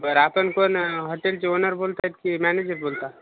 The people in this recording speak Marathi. बरं आपण कोण हॉटेलचे ओनर बोलत आहेत की मॅनेजर बोलता